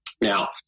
Now